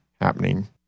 happening